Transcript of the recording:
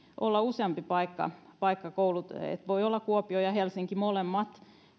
olla useampi paikka voi olla kuopio ja helsinki molemmat